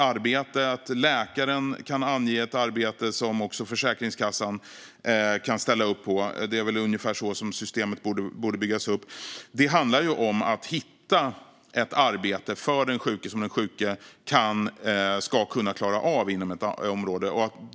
Att läkaren kan ange ett arbete som också Försäkringskassan kan ställa upp på - det är väl ungefär så som systemet borde byggas upp - handlar om att hitta ett arbete som den sjuke ska kunna klara av inom ett område.